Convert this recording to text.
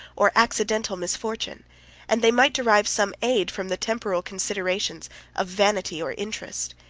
or accidental misfortune and they might derive some aid from the temporal considerations of vanity or interest.